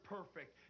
Perfect